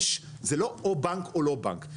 זה לא או בנק או לא בנק,